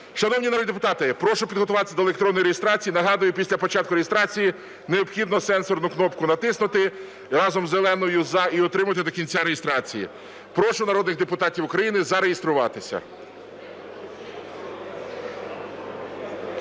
Шановні народні депутати, прошу підготуватись до електронної реєстрації. Нагадую, після початку реєстрації необхідно сенсорну кнопку натиснути разом з зеленою "За" і утримувати до кінця реєстрації. Прошу народних депутатів України зареєструватися.